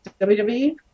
WWE